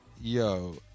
Yo